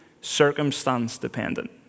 circumstance-dependent